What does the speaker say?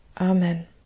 Amen